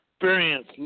Experience